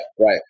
Right